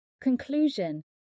Conclusion